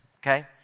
Okay